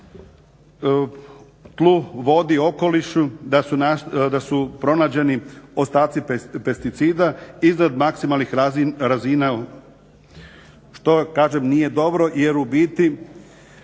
tlu, vodi okolišu da su pronađeni ostaci pesticida iznad maksimalnih razina što kažem nije dobro jer u biti